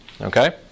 Okay